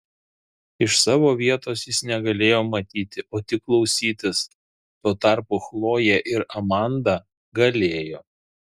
iš savo vietos jis negalėjo matyti o tik klausytis tuo tarpu chlojė ir amanda galėjo